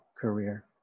career